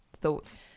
Thoughts